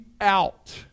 out